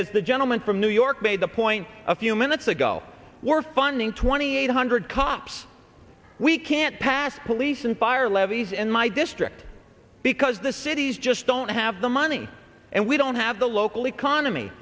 as the gentleman from new york made the point a few minutes ago we're funding twenty eight hundred cops we can't pass police and fire levies in my district because the cities just don't have the money and we don't have the local economy